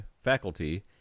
faculty